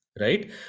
Right